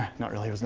not really,